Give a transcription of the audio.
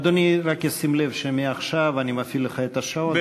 אדוני רק ישים לב שמעכשיו אני מפעיל לך את השעון,